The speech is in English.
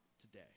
today